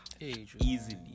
Easily